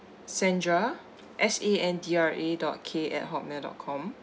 sandra S A N D R A dot K at hotmail dot com